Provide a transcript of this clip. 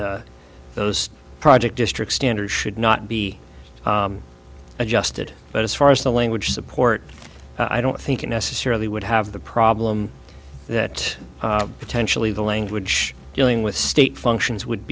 those project district standards should not be adjusted but as far as the language support i don't think it necessarily would have the problem that potentially the language dealing with state functions would